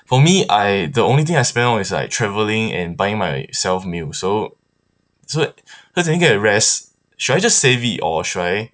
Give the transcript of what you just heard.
for me I the only thing I spend on is like travelling and buying myself meals so so cause I think the rest should I just save it or should I